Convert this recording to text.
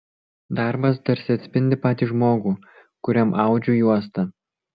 darbas tarsi atspindi patį žmogų kuriam audžiu juostą